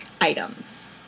items